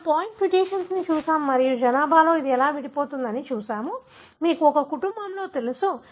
మనము పాయింట్ మ్యుటేషన్ను చూశాము మరియు జనాభాలో ఇది ఎలా విడిపోతుందో మనము చూశాము మీకు ఒక కుటుంబంలో తెలుసు